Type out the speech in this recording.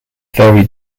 very